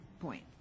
point